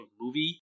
movie